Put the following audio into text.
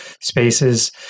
spaces